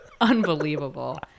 unbelievable